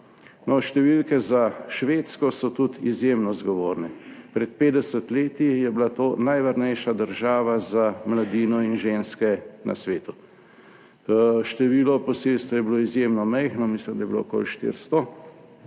številke za Švedsko so tudi izjemno zgovorne. Pred 50 leti je bila to najvarnejša država za mladino in ženske na svetu. Število posilstev je bilo izjemno majhno, mislim, da je bilo okoli 400